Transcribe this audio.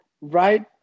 right